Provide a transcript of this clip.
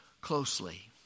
closely